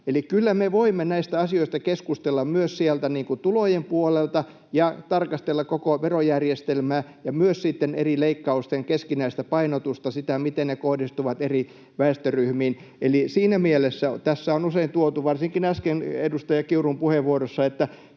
Eli kyllä me voimme näistä asioista keskustella myös sieltä tulojen puolelta ja tarkastella koko verojärjestelmää ja myös sitten eri leikkausten keskinäistä painotusta, sitä, miten ne kohdistuvat eri väestöryhmiin. Eli siinä mielessä tässä on usein tuotu, varsinkin äsken edustaja Kiurun puheenvuorossa, että